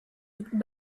looked